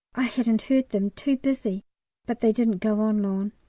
i hadn't heard them too busy but they didn't go on long.